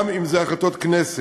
גם אם הן החלטות כנסת.